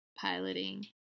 piloting